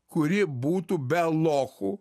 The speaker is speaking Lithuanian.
kuri būtų be lochų